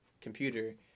computer